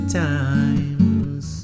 times